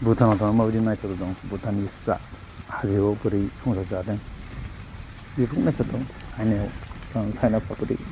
भुटानाव थांनानै माबायदि नायथावथाव दं भुटाननि मानसिफोरा हाजोआव बोरै संसार जादों बेफोरखौ नायथावथाव चायनायाव बोरै